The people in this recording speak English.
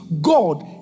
God